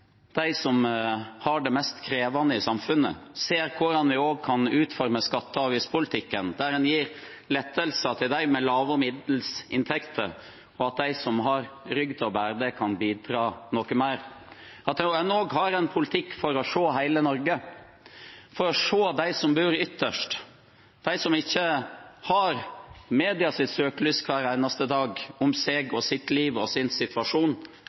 som har det mest krevende i samfunnet, ser på hvordan vi kan utforme skatte- og avgiftspolitikken, der vi gir lettelser til dem med lave og middels inntekter, og at de som har rygg til å bære det, kan bidra noe mer. Vi må også ha en politikk for å se hele Norge, for å se de som bor ytterst, livet og situasjonen til de som ikke har medias søkelys på seg hver eneste dag,